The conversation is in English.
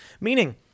meaning